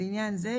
לעניין זה,